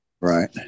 Right